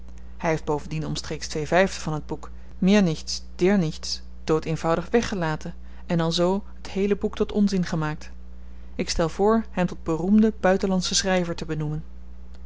hy heeft bovendien omstreeks v van t boek mir nichts dir nichts doodeenvoudig weggelaten en alzoo t heele boek tot onzin gemaakt ik stel voor hem tot beroemde buitenlandsche schryver te benoemen